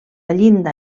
llinda